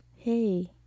Hey